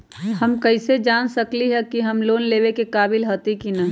हम कईसे जान सकली ह कि हम लोन लेवे के काबिल हती कि न?